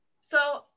So-